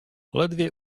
ledwie